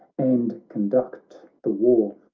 and conduct the war.